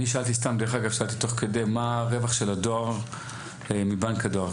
שאלתי תוך כדי מה הרווח של הדואר מבנק הדואר?